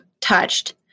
touched